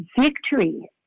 victory